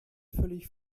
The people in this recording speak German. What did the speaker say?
völlig